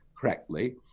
correctly